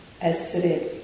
essere